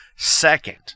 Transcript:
Second